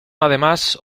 además